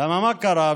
למה, מה קרה?